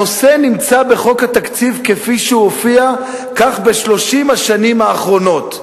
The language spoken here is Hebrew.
הנושא נמצא בחוק התקציב כפי שהוא הופיע כך ב-30 השנים האחרונות.